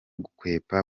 gukwepa